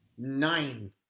Nine